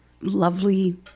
lovely